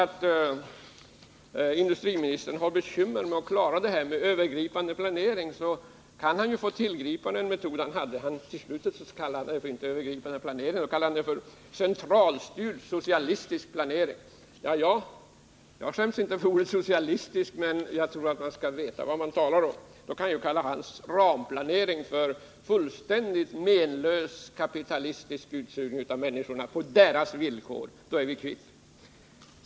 Om industriministern har bekymmer med att klara ut vad som avses med en övergripande planering, kan han ju få tillgripa en metod som han mot slutet av sitt anförande kallade för centralstyrd socialistisk planering. Jag skäms inte för ordet socialistisk, men jag tycker att man skall veta vad man talar om. Jag kan kalla industriministerns ramplanering för fullständigt planlös utsugning av människorna på kapitalisternas villkor. Då är vi kvitt.